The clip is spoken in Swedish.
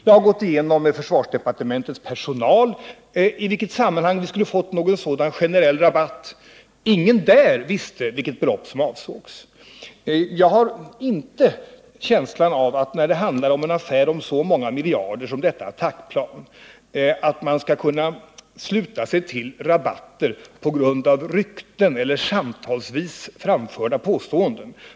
Jag har förhört mig med försvarsdepartementets personal om huruvida och i vilket sammanhang vi skulle ha fått meddelande om någon sådan generell rabatt. Ingen där visste vilket belopp som avsågs. Jag har svårt att föreställa mig att man vid en affär där det rör sig om så många miljarder som i fråga om detta attackplan kan dra slutsatsen att vi erbjudits rabatt på grundval av rykten eller samtalsvis framförda påståenden.